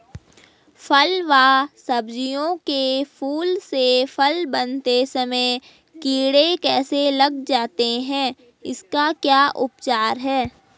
फ़ल व सब्जियों के फूल से फल बनते समय कीड़े कैसे लग जाते हैं इसका क्या उपचार है?